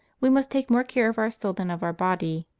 we must take more care of our soul than of our body,